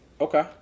Okay